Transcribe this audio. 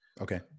Okay